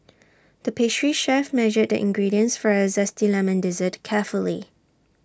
the pastry chef measured the ingredients for A Zesty Lemon Dessert carefully